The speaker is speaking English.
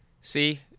See